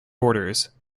orders